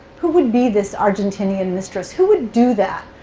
who would be this argentinian mistress? who would do that?